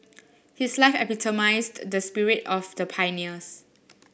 his life epitomised the spirit of the pioneers